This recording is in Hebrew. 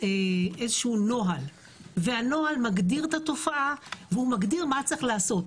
נוהל שמגדיר את התופעה ומגדיר מה צריך לעשות.